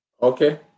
Okay